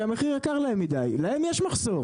כי המחיר יקר להם מידי, להם יש מחסור.